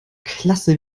klasse